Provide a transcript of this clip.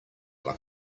like